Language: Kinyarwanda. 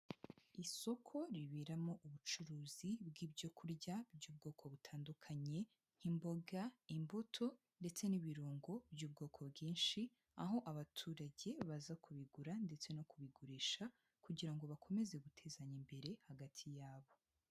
Isoko riberamo ubucuruzi bw'ibyo kurya by'ubwoko butandukanye nk'imboga, imbuto ndetse n'ibirungo by'ubwoko bwinshi, aho abaturage baza kubigura ndetse no kubigurisha kugira ngo bakomeze gutezanya imbere hagati yabo.